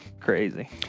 crazy